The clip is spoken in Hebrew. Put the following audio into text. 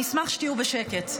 אני אשמח שתהיו בשקט,